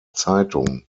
zeitung